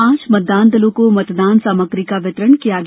आज मतदानदलों को मतदान सामग्री का वितरण किया गया